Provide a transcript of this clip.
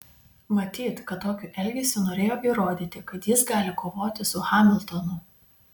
matyt kad tokiu elgesiu norėjo įrodyti kad jis gali kovoti su hamiltonu